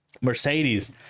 mercedes